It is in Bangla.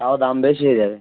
তাও দাম বেশি হয়ে যাবে